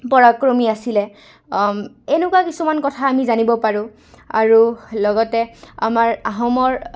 পৰাক্ৰমী আছিলে এনেকুৱা কিছুমান কথা আমি জানিব পাৰোঁ আৰু লগতে আমাৰ আহোমৰ